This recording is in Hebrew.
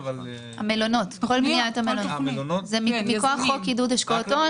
זה מכוח חוק עידוד השקעות הון.